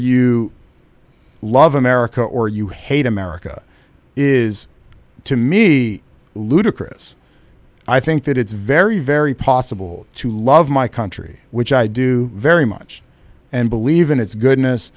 you love america or you hate america is to me ludicrous i think that it's very very possible to love my country which i do very much and believe in its goodness